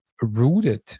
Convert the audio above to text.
rooted